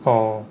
orh